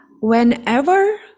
whenever